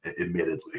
admittedly